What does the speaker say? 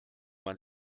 man